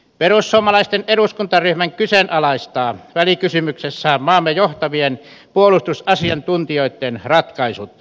perussuomalaisten eduskuntaryhmä kyseenalaistaa välikysymyksessään maamme johtavien puolustusasiantuntijoitten ratkaisut